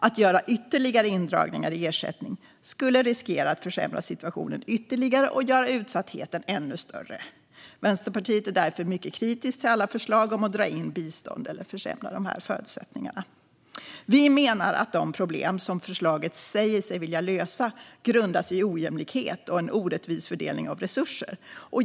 Att göra ytterligare indragningar av ersättning skulle riskera att försämra situationen ytterligare och göra utsattheten ännu större. Vänsterpartiet är därför mycket kritiskt till alla förslag om att dra in bistånd eller försämra förutsättningarna. Vi menar att de problem som förslaget säger sig vilja lösa grundas i ojämlikhet och en orättvis fördelning av resurser.